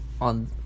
on